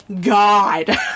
God